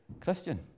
Christian